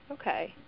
Okay